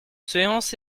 séance